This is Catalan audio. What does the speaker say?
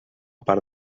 part